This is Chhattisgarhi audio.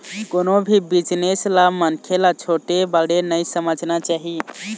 कोनो भी बिजनेस ल मनखे ल छोटे बड़े नइ समझना चाही